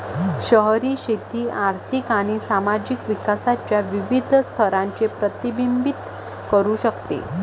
शहरी शेती आर्थिक आणि सामाजिक विकासाच्या विविध स्तरांचे प्रतिबिंबित करू शकते